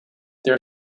there